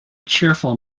cheerful